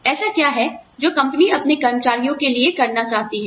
ऐसा क्या है जो कंपनी अपने कर्मचारियों के लिए करना चाहती है